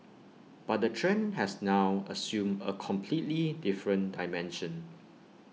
but the trend has now assumed A completely different dimension